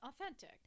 authentic